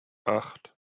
acht